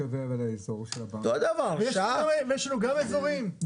יש לנו גם אזורים,